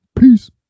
Peace